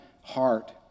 heart